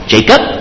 Jacob